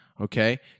okay